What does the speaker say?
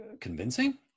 Convincing